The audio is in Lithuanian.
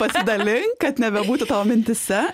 pasidalink kad nebebūtų tavo mintyse